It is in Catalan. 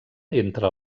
entre